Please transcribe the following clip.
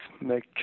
make